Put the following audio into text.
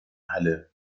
halle